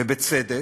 ובצדק,